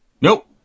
Nope